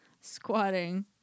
Squatting